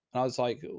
and i was like,